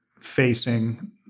facing